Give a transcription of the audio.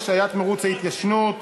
השעיית מירוץ תקופת ההתיישנות),